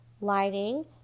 lighting